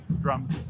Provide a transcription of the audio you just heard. drums